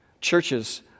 churches